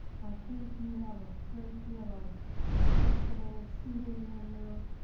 i think you have a great deal of flexible seating in your,